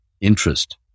interest